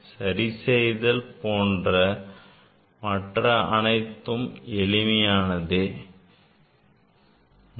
சரி செய்தல் போன்ற மற்ற அனைத்தும் எளிமையானது ஆகும்